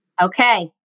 Okay